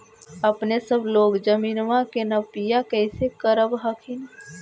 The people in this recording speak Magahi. अपने सब लोग जमीनमा के नपीया कैसे करब हखिन?